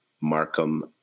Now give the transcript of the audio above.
Markham